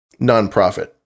nonprofit